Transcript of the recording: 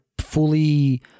fully